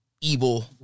Evil